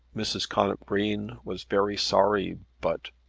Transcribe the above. mrs. connop green was very sorry, but.